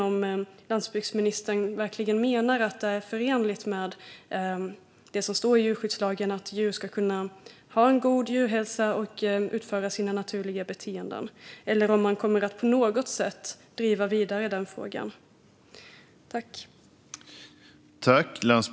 Menar landsbygdsministern verkligen att detta är förenligt med det som står i djurskyddslagen om att djur ska kunna ha en god hälsa och sina naturliga beteenden? Kommer han att driva denna fråga vidare på något sätt?